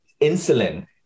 insulin